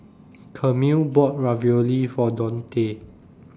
Camille bought Ravioli For Dontae